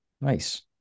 Nice